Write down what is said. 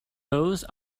bose